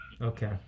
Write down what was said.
okay